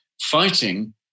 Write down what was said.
fighting